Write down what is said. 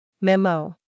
Memo